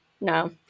no